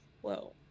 Whoa